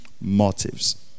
motives